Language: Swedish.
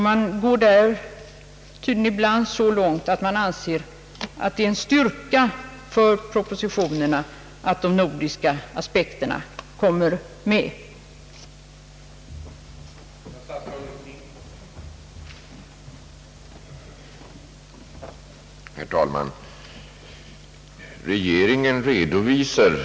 Man går där ibland så långt att man anser det vara en styrka för propositionerna att de nordiska aspekterna kommer med.